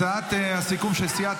הצעת הסיכום של סיעת